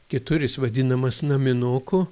kitur jis vadinamas naminuku